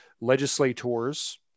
legislators